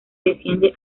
desciende